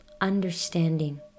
understanding